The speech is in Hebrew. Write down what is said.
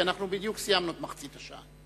כי אנחנו בדיוק סיימנו את מחצית השעה.